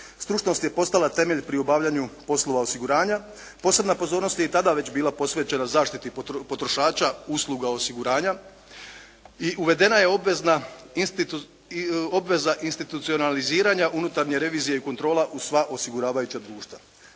stručnost je postala temelj pri obavljanju poslova osiguranja. Posebna pozornost je i tada već bila posvećena zaštiti potrošača usluga osiguranja i uvedena je obveza institucionaliziranja unutarnje revizije i kontrola u sva osiguravajuća društva.